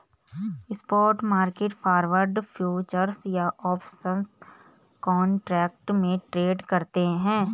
spot market forward, futures या options contract में trade करते हैं